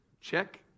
Check